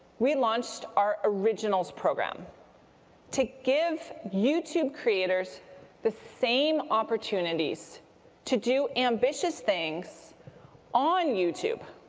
we launched our originals program to give youtube creators the same opportunities to do ambitious things on youtube.